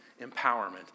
empowerment